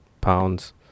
pounds